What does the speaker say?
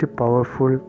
powerful